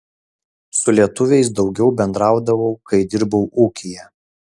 su lietuviais daugiau bendraudavau kai dirbau ūkyje